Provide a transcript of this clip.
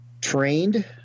trained